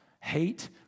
hate